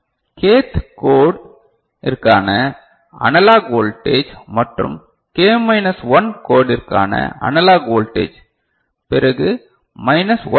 k th code இருக்கான analogue voltage மற்றும் K minus one code இதற்கான அனலாக வோல்டேஜ் பிறகு மைனஸ் ஒன் எல்